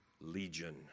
Legion